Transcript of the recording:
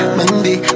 Monday